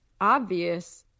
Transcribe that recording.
obvious